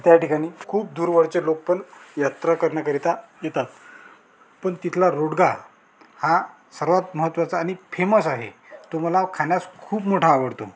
त्या ठिकाणी खूप दूरवरचे लोक पण यात्रा करिण्याकरिता येतात पण तिथला रोडगा हा सर्वात महत्वाचा आणि फेमस आहे तो मला खाण्यास खूप मोठा आवडतो